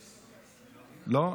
לא?